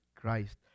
Christ